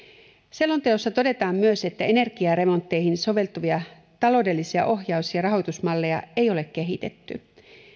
selonteossa todetaan myös että energiaremontteihin soveltuvia taloudellisia ohjaus ja rahoitusmalleja ei ole kehitetty